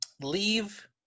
Leave